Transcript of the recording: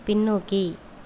பின்னோக்கி